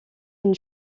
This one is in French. une